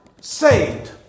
saved